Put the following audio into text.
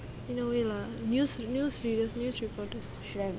in a way lah news news reader news cheaper